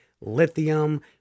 lithium